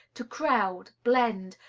to crowd, blend,